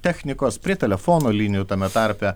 technikos prie telefono linijų tame tarpe